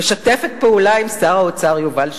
משתפת פעולה עם שר האוצר יובל שטייניץ,